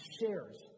shares